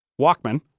Walkman